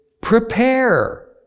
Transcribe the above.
prepare